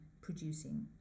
producing